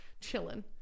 chilling